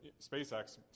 SpaceX